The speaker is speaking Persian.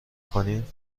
کنیم